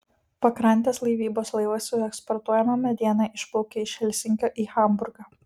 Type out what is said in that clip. pakrantės laivybos laivas su eksportuojama mediena išplaukia iš helsinkio į hamburgą